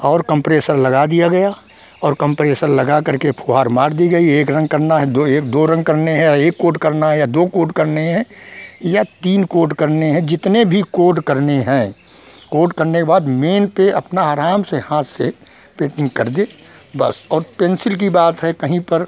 और कम्प्रेसर लगा दिया गया और कम्प्रेसर लगा करके फ़ुहार मार दी गई एक रंग करना है दो एक दो रंग करने है एक कोट करना है या दो कोट करने हैं या तीन कोट करने हैं जितने भी कोट करने हैं कोट करने के बाद मेन पर अपना आराम से हाथ से पेन्टिन्ग कर दे बस और पेन्सिल की बात है कहीं पर